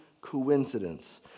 coincidence